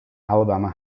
alabama